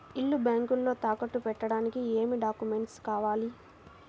ఇల్లు బ్యాంకులో తాకట్టు పెట్టడానికి ఏమి డాక్యూమెంట్స్ కావాలి?